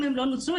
אם הם לא נוצלו,